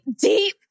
deep